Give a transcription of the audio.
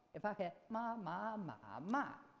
if i had ma ma um ma